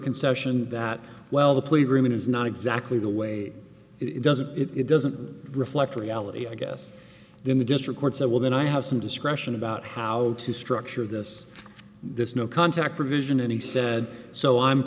concession that well the plead room is not exactly the way it doesn't it doesn't reflect reality i guess in the district court said well then i have some discretion about how to structure this this no contact provision and he said so i'm